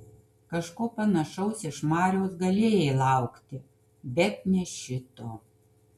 kažko panašaus iš mariaus galėjai laukti bet ne šito